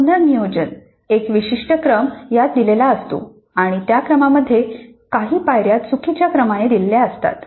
पुनरनियोजन एक विशिष्ट क्रम यात दिलेला असतो आणि त्या क्रमामध्ये काही पायर्या चुकीच्या क्रमाने दिलेल्या असतात